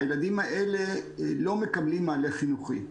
הילדים האלה לא מקבלים מענה חינוכי.